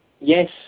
yes